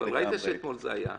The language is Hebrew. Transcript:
אבל ראית שאתמול זה היה.